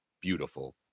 beautiful